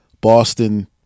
Boston